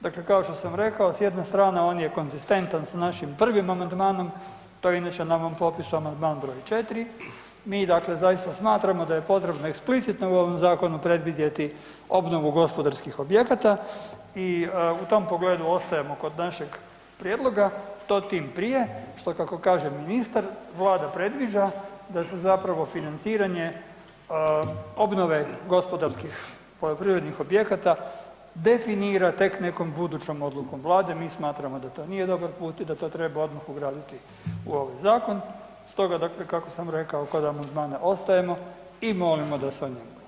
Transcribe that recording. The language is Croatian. Dakle, kao što sam rekao, s jedne strane on je konzistentan s našim prvim amandmanom, to je inače na mom popisu amandman br. 4, mi dakle zaista smatramo da je potrebno eksplicitno u ovom zakonu predvidjeti obnovu gospodarskih objekata i u tom pogledu kod našeg prijedloga, to tim prije što kako kaže ministar, Vlada predviđa da se zapravo financiranje obnove gospodarskih poljoprivrednih objekata, definira tek nekom budućom odlukom Vlade, mi smatramo da to nije dobar put i da to treba odmah ugraditi u ovaj zakon, stoga dakle kako sam rekao, kod amandmana ostajemo i molimo da se o njemu glasa.